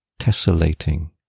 tessellating